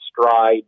stride